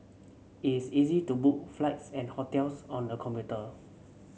it is easy to book flights and hotels on the computer